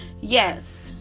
yes